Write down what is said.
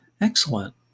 Excellent